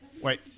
Wait